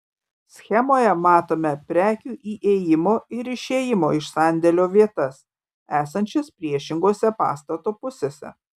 schemoje matome prekių įėjimo ir išėjimo iš sandėlio vietas esančias priešingose pastato pusėse